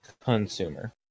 Consumer